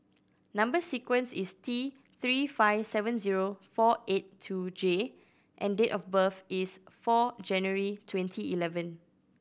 number sequence is T Three five seven zero four eight two J and date of birth is four January twenty eleven